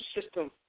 system